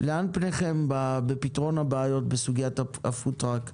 לאן פניכם מועדות בפתרון הבעיות בסוגיית הפוד-טראק?